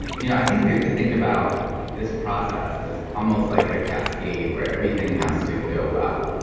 you know i think we have to think about this process as almost like a cascade where everything has to go well,